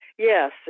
Yes